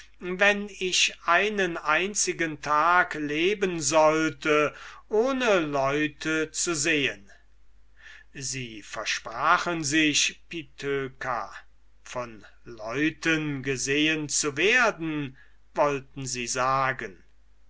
wenn ich einen einzigen tag leben sollte ohne leute zu sehen sie versprachen sich von leuten gesehen zu werden meinen sie sagte